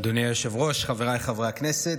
אדוני היושב-ראש, חבריי חברי הכנסת,